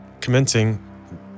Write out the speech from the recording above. Commencing